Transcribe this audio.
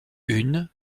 une